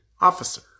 officer